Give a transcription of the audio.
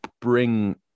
bring